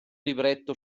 libretto